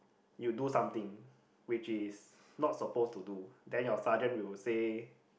you do something which is not supposed to do then your sergent will say